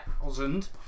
thousand